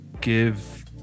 give